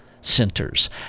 centers